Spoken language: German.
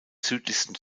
südlichsten